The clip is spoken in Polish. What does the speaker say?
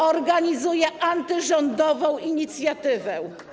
organizuje antyrządową inicjatywę.